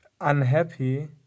unhappy